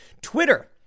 Twitter